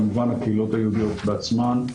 כמובן הקהילות היהודיות בעצמן.